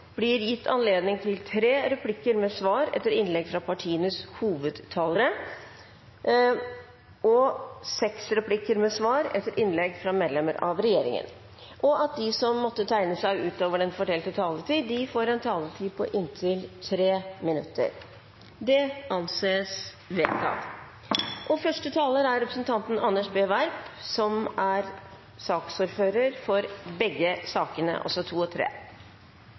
blir gitt anledning til tre replikker med svar etter innlegg fra partienes hovedtalere og seks replikker med svar etter innlegg fra medlemmer av regjeringen innenfor den fordelte taletid. Videre blir det foreslått at de som måtte tegne seg på talerlisten utover den fordelte taletid, får en taletid på inntil 3 minutter. – Det anses vedtatt.